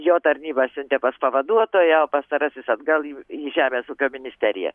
jo tarnyba siuntė pas pavaduotoją o pastarasis atgal į į žemės ūkio ministeriją